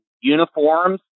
uniforms